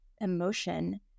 emotion